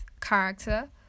character